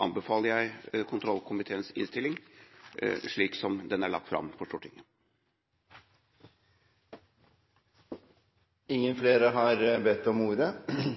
anbefaler jeg kontrollkomiteens innstilling slik som den er lagt fram for Stortinget. Flere har ikke bedt om ordet